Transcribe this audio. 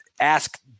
ask